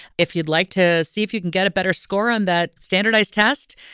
if you'd like to see if you can get a better score on that standardized test,